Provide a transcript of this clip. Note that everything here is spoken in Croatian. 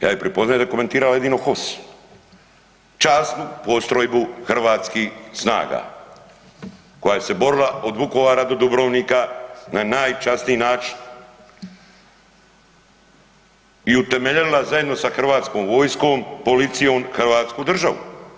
Ja je prepoznajem da je komentirala jedino HOS, časnu postrojbu hrvatskih snaga koja se je borila od Vukovara do Dubrovnika na najčasniji način i utemeljila zajedno sa hrvatskom vojskom, policijom Hrvatsku državu.